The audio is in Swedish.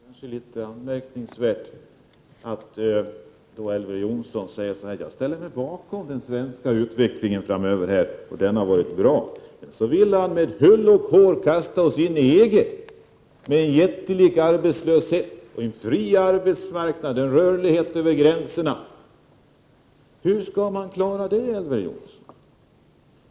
Herr talman! Det är anmärkningsvärt att Elver Jonsson säger att han ställer sig bakom den svenska utvecklingen, som har varit bra, samtidigt som han med hull och hår vill kasta Sverige in i EG, med en jättelik arbetslöshet, en fri arbetsmarknad och rörlighet över gränserna. Hur skall man klara det, Elver Jonsson?